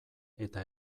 eta